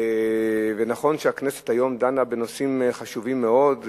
נכון שהכנסת היום דנה בנושאים חשובים מאוד,